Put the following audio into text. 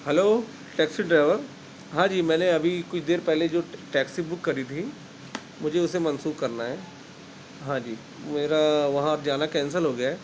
hello taxi driver ہاں جی میں نے ابھی کچھ دیر پہلے جو ٹیکسی بک کری تھی مجھے اسے منسوخ کرنا ہے ہاں جی میرا وہاں جانا کینسل ہو گیا ہے